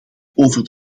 over